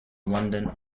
london